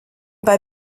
bei